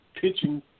pitching